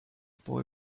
boy